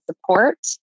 support